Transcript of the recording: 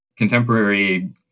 Contemporary